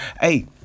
Hey